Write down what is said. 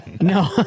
No